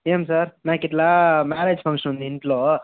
ఏం సార్ నాకు ఇలా మ్యారేజ్ ఫంక్షన్ ఉంది ఇంట్లో